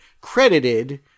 credited